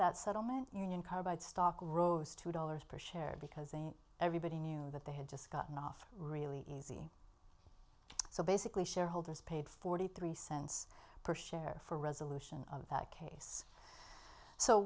that settlement union carbide stock rose two dollars per share because they everybody knew that they had just gotten off really easy so basically shareholders paid forty three cents per share for a resolution of that case so